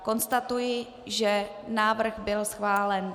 Konstatuji, že návrh byl schválen.